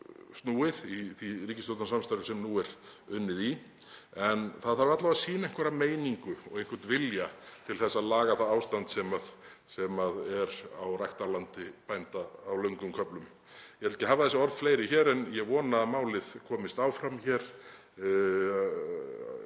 snúið í því ríkisstjórnarsamstarfi sem nú er unnið í. En það þarf alla vega sýna einhverja meiningu og einhvern vilja til að laga það ástand sem er á ræktarlandi bænda á löngum köflum. Ég ætla ekki að hafa þessi orð fleiri en ég vona að málið komist áfram hér